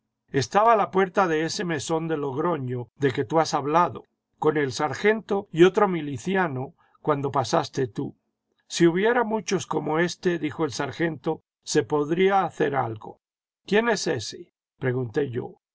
estaba a la puerta de ese mesón de logroño de que tú has hablado con el sargento y otro miliciano cuando pasaste tú si hubiera muchos como éste dijo el sargento se podría hacer algo quién es ése pregunté yo